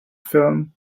film